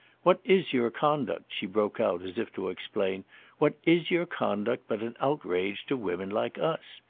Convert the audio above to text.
what is your conduct, she broke out as if to explain what is your conduct but an outrage to women like us?